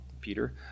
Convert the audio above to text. Peter